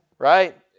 Right